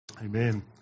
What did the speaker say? Amen